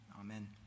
Amen